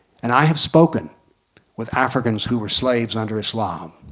and i have spoken with africans who were slaves under islam.